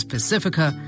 Pacifica